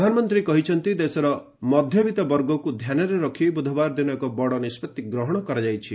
ପ୍ରଧାନମନ୍ତୀ କହିଛନ୍ତି ଦେଶର ମଧ୍ୟବିଭବର୍ଗକୁ ଧ୍ୟାନରେ ରଖି ବୁଧବାର ଦିନ ଏକ ବଡ଼ ନିଷ୍ପଭି ଗ୍ରହଣ କରାଯାଇଛି